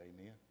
amen